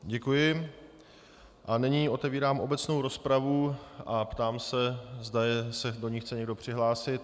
Děkuji a nyní otevírám obecnou rozpravu a ptám se, zda se do ní chce někdo přihlásit.